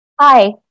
Hi